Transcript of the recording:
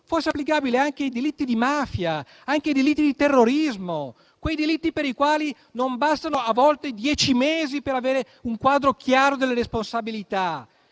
fosse applicabile anche ai delitti di mafia e di terrorismo, per i quali non bastano a volte dieci mesi per avere un quadro chiaro delle responsabilità.